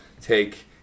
Take